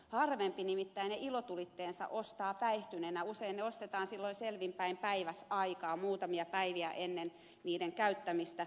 harvempi nimittäin ne ilotulitteensa ostaa päihtyneenä usein ne ostetaan selvin päin päiväsaikaan muutamia päiviä ennen niiden käyttämistä